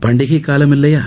பண்டிகை காலம் இல்லையா